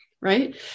right